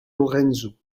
lorenzo